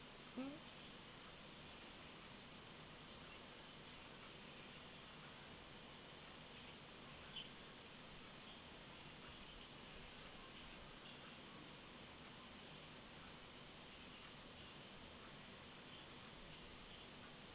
mm